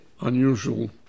unusual